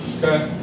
Okay